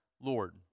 Lord